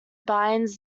binds